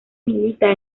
milita